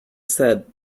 said